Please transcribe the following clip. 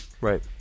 Right